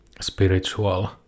spiritual